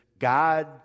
God